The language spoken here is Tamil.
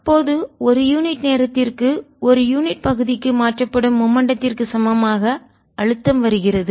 அப்போது ஒரு யூனிட் நேரத்திற்கு ஒரு யூனிட் பகுதிக்கு மாற்றப்படும் மூமென்டடத்திற்கு சமமாக அழுத்தம் வருகிறது